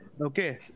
Okay